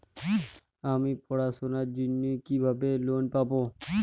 আমি পড়াশোনার জন্য কিভাবে লোন পাব?